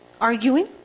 Arguing